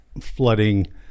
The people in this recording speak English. flooding